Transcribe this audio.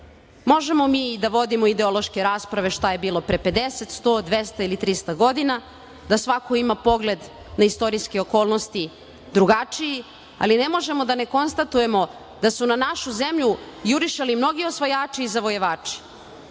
Možemo mi da vodimo ideološke rasprave šta je bilo pre 50, 100, 200 ili 300 godina, da svako ima pogled na istorijske okolnosti drugačiji, ali ne možemo da ne konstatujemo da su na našu zemlju jurišali mnogi osvajači i zavojevači. Mi